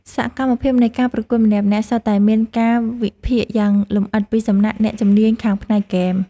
សកម្មភាពនៃការប្រកួតម្នាក់ៗសុទ្ធតែមានការវិភាគយ៉ាងលម្អិតពីសំណាក់អ្នកជំនាញខាងផ្នែកហ្គេម។